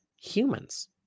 humans